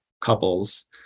couples